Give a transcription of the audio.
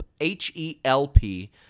H-E-L-P